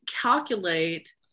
calculate